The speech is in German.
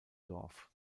dorf